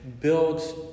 builds